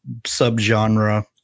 subgenre